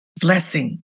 blessing